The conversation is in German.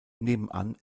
nebenan